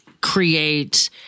create